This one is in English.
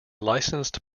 licensed